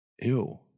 ew